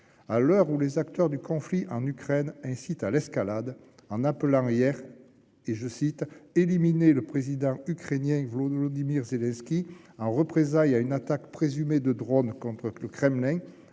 Alors que les acteurs du conflit en Ukraine ont incité hier à l'escalade en appelant à « éliminer » le président ukrainien Volodymyr Zelensky en représailles à une attaque présumée de drones contre le Kremlin,